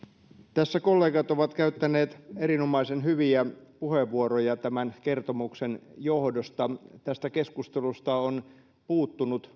tässä kollegat ovat käyttäneet erinomaisen hyviä puheenvuoroja tämän kertomuksen johdosta tästä keskustelusta on